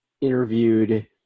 interviewed